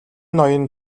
ноён